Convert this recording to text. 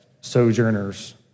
sojourners